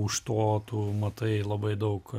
už to tu matai labai daug